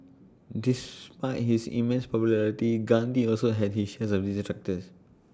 despite his immense popularity Gandhi also had his shares of detractors